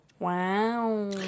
Wow